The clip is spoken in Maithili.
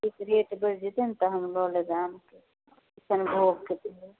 किछु रेट बढ़ि जयतै ने तऽ हम लऽ लेबै आम किशनभोगके पेड़